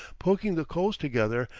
poking the coals together,